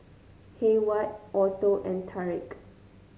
Hayward Otho and Tarik